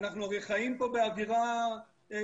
אנחנו הרי חיים פה באווירה ישראלית,